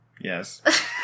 Yes